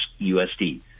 USD